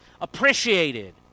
appreciated